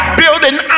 building